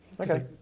Okay